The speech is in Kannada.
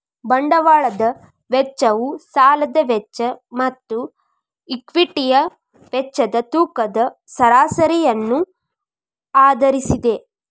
ಬಂಡವಾಳದ ವೆಚ್ಚವು ಸಾಲದ ವೆಚ್ಚ ಮತ್ತು ಈಕ್ವಿಟಿಯ ವೆಚ್ಚದ ತೂಕದ ಸರಾಸರಿಯನ್ನು ಆಧರಿಸಿದೆ